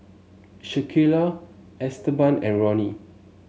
Shaquille Esteban and Ronny